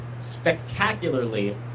spectacularly